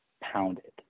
pounded